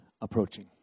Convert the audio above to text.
approaching